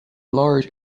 large